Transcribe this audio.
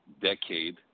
decade